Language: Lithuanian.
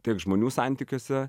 tiek žmonių santykiuose